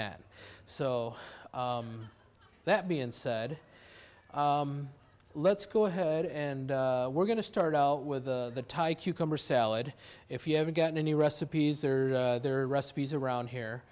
at so that being said let's go ahead and we're going to start out with the thai cucumber salad if you haven't gotten any recipes or their recipes around here